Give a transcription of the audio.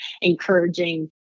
encouraging